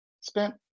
spent